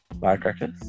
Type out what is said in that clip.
firecrackers